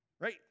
right